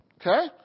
Okay